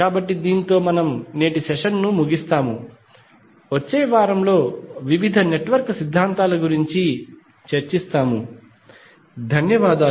కాబట్టి దీనితో మనము నేటి సెషన్ను ముగిస్తాము వచ్చే వారంలో వివిధ నెట్వర్క్ సిద్ధాంతాల గురించి చర్చిస్తాము ధన్యవాదాలు